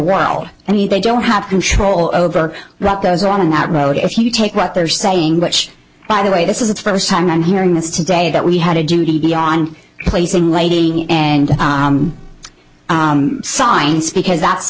world and he they don't have control over what goes on in that road if you take what they're saying which by the way this is the first time i'm hearing this today that we had a duty beyond placing lighting and signs because that's